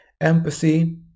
Empathy